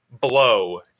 blow